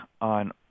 on